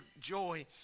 joy